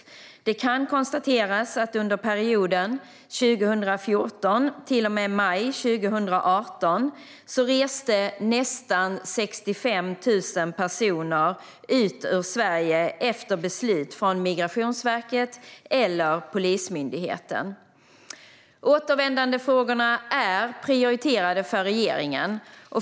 Det kan konstateras att under perioden 2014 till och med maj 2018 reste nästan 65 000 personer ut ur Sverige efter beslut från Migrationsverket eller Polismyndigheten. Återvändandefrågorna är prioriterade för regeringen.